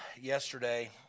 yesterday